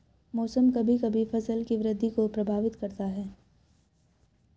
मौसम कभी कभी फसल की वृद्धि को प्रभावित करता है